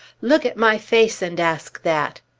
look at my face and ask that!